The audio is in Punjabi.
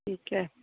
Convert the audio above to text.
ਠੀਕ ਹੈ